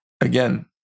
again